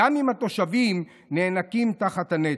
גם אם התושבים נאנקים תחת הנטל.